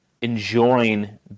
enjoying